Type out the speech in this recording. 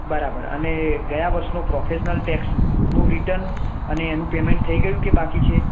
બરાબર અને ગયા વરસનું પ્રોફેશનલ ટેક્સનું રીટર્ન અને એનું પેમેન્ટ થઇ ગયું કે બાકી છે